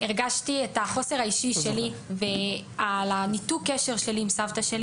הרגשתי את החוסר האישי מניתוק הקשר עם סבתא שלי